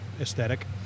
aesthetic